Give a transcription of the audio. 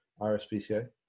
RSPCA